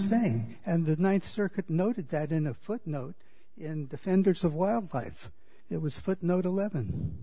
saying and the ninth circuit noted that in a footnote in the fenders of wild life it was footnote eleven